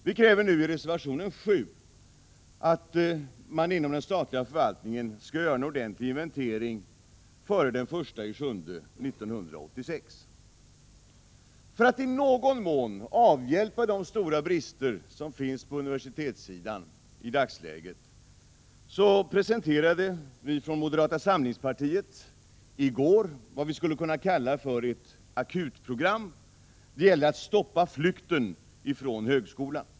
Vi kräver nu i reservation 7 att man inom den statliga förvaltningen skall göra en ordentlig inventering före den 1 juli 1986. För att i någon mån avhjälpa de stora brister som finns på universitetssidan i dagsläget presenterade vi från moderata samlingspartiet i går vad vi skulle kunna kalla för ett akutprogram. Det gäller att stoppa flykten från högskolorna.